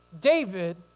David